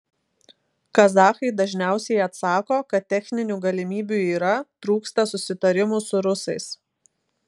kazachai dažniausiai atsako kad techninių galimybių yra trūksta susitarimų su rusais